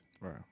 Right